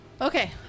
Okay